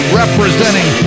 representing